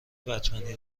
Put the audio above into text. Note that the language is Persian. بتمنی